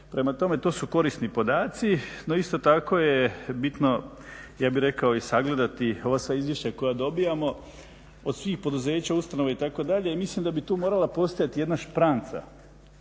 Prema tome, to su korisni podaci. No, isto tako je bitno ja bih rekao i sagledati ova sva izvješća koja dobijamo od svih poduzeća, ustanova itd. Mislim da bi tu morala postojati jedna špranca